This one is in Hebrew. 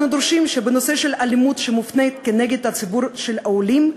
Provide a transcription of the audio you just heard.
אנחנו דורשים שבנושא האלימות שמופנית נגד ציבור העולים,